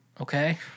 Okay